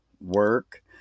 work